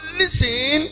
listen